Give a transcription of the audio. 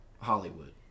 Hollywood